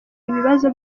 ibibazo